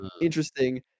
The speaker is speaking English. interesting